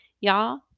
Y'all